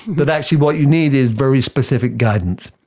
but actually what you need is very specific guidance.